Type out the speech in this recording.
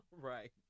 Right